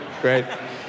great